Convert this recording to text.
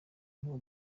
n’uwo